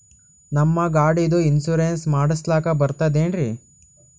ನಮ್ಮ ಗಾಡಿದು ಇನ್ಸೂರೆನ್ಸ್ ಮಾಡಸ್ಲಾಕ ಬರ್ತದೇನ್ರಿ?